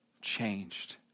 changed